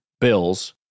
Bills